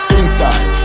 inside